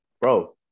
bro